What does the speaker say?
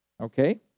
Okay